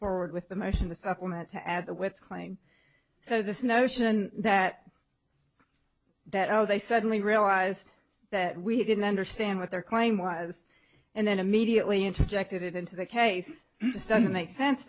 forward with the motion to supplement to add with playing so this notion that that oh they suddenly realized that we didn't understand what their claim was and then immediately interjected it into the case just doesn't make sense